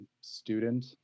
student